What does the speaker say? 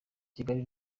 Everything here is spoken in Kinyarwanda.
kigali